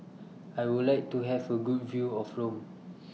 I Would like to Have A Good View of Rome